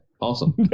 Awesome